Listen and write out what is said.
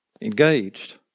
engaged